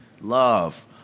Love